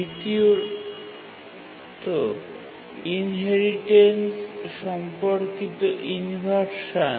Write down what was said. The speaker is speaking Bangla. দ্বিতীয়টি হল ইনহেরিটেন্স সম্পর্কিত ইনভারসান